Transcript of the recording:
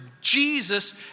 Jesus